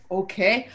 okay